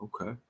Okay